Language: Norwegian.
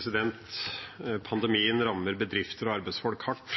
sagt. Pandemien rammer bedrifter og arbeidsfolk hardt,